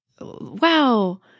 wow